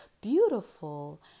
beautiful